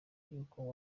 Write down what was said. y’uko